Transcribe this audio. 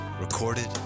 recorded